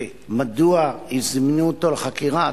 ומדוע זימנו אותו לחקירה,